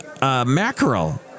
Mackerel